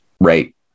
right